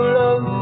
love